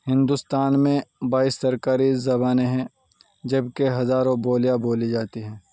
ہندوستان میں بائیس سرکاری زبانیں ہیں جب کہ ہزاروں بولیاں بولی جاتی ہیں